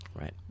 Right